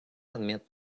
admit